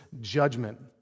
judgment